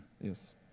yes